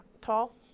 tall